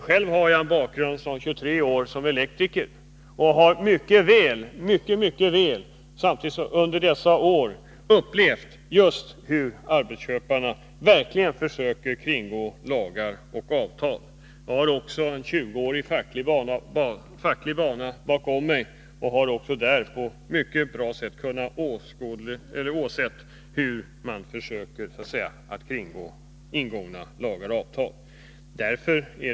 Själv har jag under 23 år arbetat som elektriker, och under de åren har jag tydligt upplevt hur arbetsköparna verkligen försöker kringgå lagar och avtal. Jag har också en 20-årig facklig bana bakom mig, och även där har jag tydligt sett hur man försöker kringgå ingångna lagar och avtal.